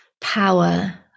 power